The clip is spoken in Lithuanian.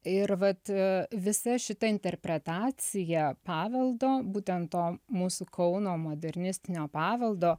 ir vat visa šita interpretacija paveldo būtent to mūsų kauno modernistinio paveldo